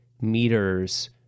meters